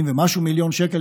של 80 ומשהו מיליון שקל,